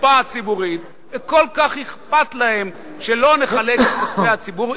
לקופה הציבורית וכל כך אכפת להם שלא נחלק את כספי הציבור,